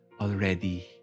already